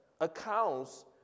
accounts